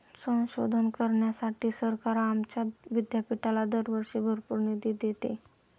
संशोधन करण्यासाठी सरकार आमच्या विद्यापीठाला दरवर्षी भरपूर निधी देते